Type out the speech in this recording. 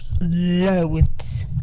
loads